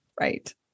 Right